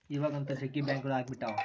ಇವಾಗಂತೂ ಜಗ್ಗಿ ಬ್ಯಾಂಕ್ಗಳು ಅಗ್ಬಿಟಾವ